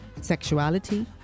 sexuality